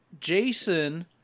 Jason